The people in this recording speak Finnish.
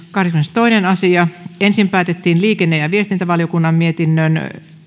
kahdeskymmenestoinen asia ensin päätetään liikenne ja viestintävaliokunnan mietinnön